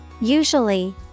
Usually